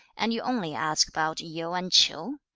and you only ask about yu and ch'iu!